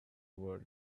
world